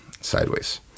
sideways